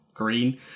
green